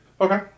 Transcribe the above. Okay